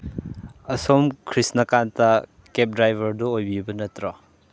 ꯑꯁꯣꯝ ꯈ꯭ꯔꯤꯁꯅꯀꯥꯟꯇ ꯀꯦꯞ ꯗ꯭ꯔꯥꯏꯚꯔꯗꯨ ꯑꯣꯏꯕꯤꯕ ꯅꯠꯇ꯭ꯔꯣ